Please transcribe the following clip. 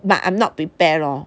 but I'm not prepare lor